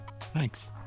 Thanks